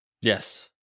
yes